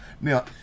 Now